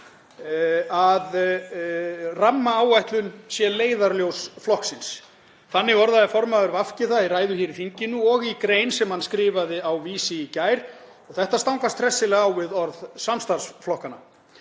að rammaáætlun sé leiðarljós flokksins. Þannig orðaði formaður VG það í ræðu hér í þinginu og í grein sem hann skrifaði á Vísi í gær. Þetta stangast hressilega á við orð samstarfsflokkanna.